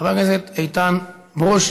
של חבר הכנסת אילן גילאון.